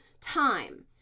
time